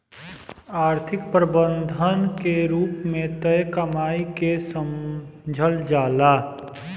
आर्थिक प्रबंधन के रूप में तय कमाई के समझल जाला